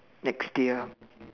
next year